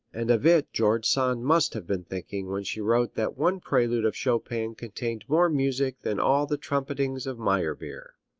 and of it george sand must have been thinking when she wrote that one prelude of chopin contained more music than all the trumpetings of meyerbeer.